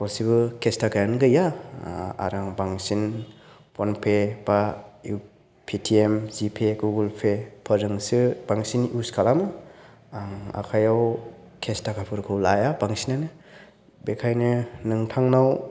गरसेबो केस थाखायानो गैया आरो आं बांसिन फ'नपे एबा पेटिएम जिपे गुगोल पे फोरजोंसो बांसिन इउज खालामो आं आखाइयाव केस थाखाफोरखौ लाया बांसिनानो बेनिखायनो नोंथांनाव